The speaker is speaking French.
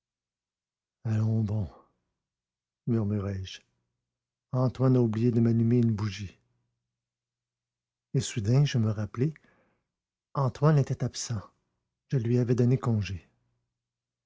antoine a oublié de m'allumer une bougie et soudain je me rappelai antoine était absent je lui avais donné congé